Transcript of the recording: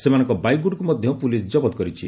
ସେମାନଙ୍କ ବାଇକଗୁଡିକୁ ମଧ୍ଧ ପୋଲିସ ଜବତ କରିଛି